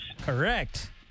Correct